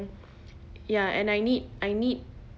ya and I need I need